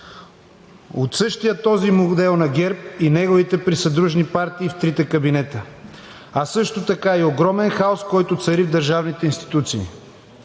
от същия този модел на ГЕРБ и неговите присъдружни партии в трите кабинета, а също така и огромен хаос, който цари в държавните институции.